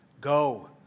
Go